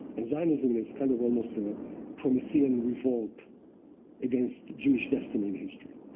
and zionism is kind of almost a promethean revolt against jewish destiny in history.